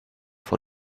for